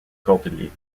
cordeliers